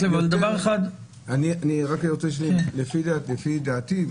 לפי דעתי,